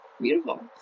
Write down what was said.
Beautiful